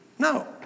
No